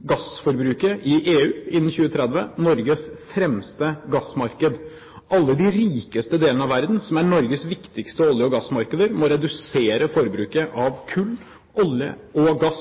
gassforbruket i EU, Norges fremste gassmarked, innen 2030. Alle de rikeste delene av verden, som er Norges viktigste olje- og gassmarkeder, må redusere forbruket av kull, olje og gass